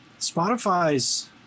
spotify's